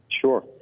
Sure